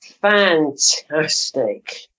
Fantastic